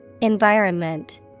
Environment